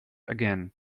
again